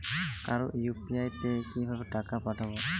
কারো ইউ.পি.আই তে কিভাবে টাকা পাঠাবো?